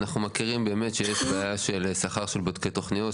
אנחנו מכירים שבאמת יש בעיה של שכר של בודקי תוכנות,